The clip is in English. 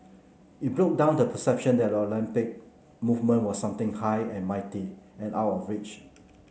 it broke down the perception that Olympic movement was something high and mighty and out of reach